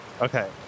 Okay